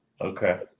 Okay